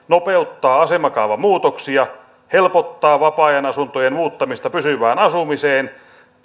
nopeuttaa asemakaavamuutoksia helpottaa vapaa ajanasuntojen muuttamista pysyvään asumiseen